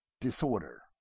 disorder